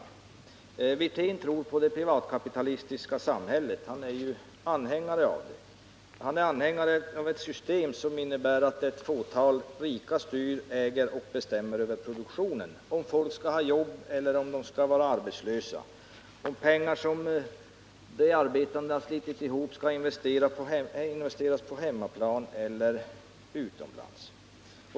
Rolf Wirtén tror på det privatkapitalistiska samhället — han är ju själv anhängare av det. Han är anhängare av ett system som innebär att ett fåtal rika styr, äger och bestämmer över produktionen, över om folk skall ha jobb eller vara arbetslösa och över om de pengar som de arbetande har slitit ihop skall investeras på hemmaplan eller utomlands.